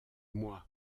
moi